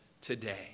today